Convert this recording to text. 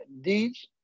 deeds